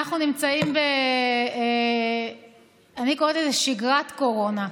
אנחנו נמצאים אני קוראת לזה שגרת קורונה.